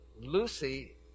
Lucy